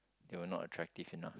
they were not attractive enough